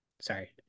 sorry